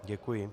Děkuji.